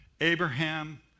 Abraham